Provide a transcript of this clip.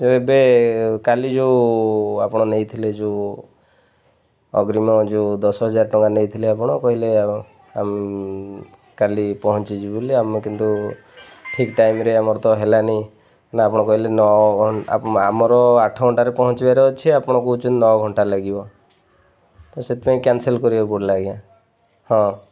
ଏବେ କାଲି ଯେଉଁ ଆପଣ ନେଇଥିଲେ ଯେଉଁ ଅଗ୍ରୀମ ଯେଉଁ ଦଶ ହଜାର ଟଙ୍କା ନେଇଥିଲେ ଆପଣ କହିଲେ କାଲି ପହଞ୍ଚିଯିବ ବୋଲି ଆମେ କିନ୍ତୁ ଠିକ୍ ଟାଇମ୍ରେ ଆମର ତ ହେଲାନି ନା ଆପଣ କହିଲେ ନଅ ଆମର ଆଠ ଘଣ୍ଟାରେ ପହଞ୍ଚିବାର ଅଛି ଆପଣ କହୁଛନ୍ତି ନଅ ଘଣ୍ଟା ଲାଗିବ ତ ସେଥିପାଇଁ କ୍ୟାନସଲ୍ କରିବାକୁ ପଡ଼ିଲା ଆଜ୍ଞା ହଁ